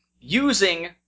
using